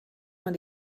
man